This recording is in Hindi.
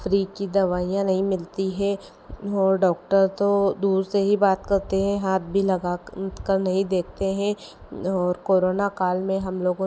फ्री की दवाइयाँ नहीं मिलती हैं और डॉक्टर तो दूर से ही बात करते हैं हाथ भी लगाकर नहीं देखते हैं और कोरोना काल में हमलोगों ने